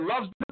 loves